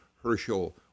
Herschel